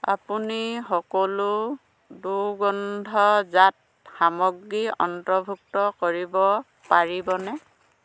আপুনি সকলো দুৰ্গন্ধজাত সামগ্ৰী অন্তৰ্ভুক্ত কৰিব পাৰিবনে